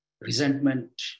resentment